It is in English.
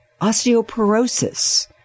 osteoporosis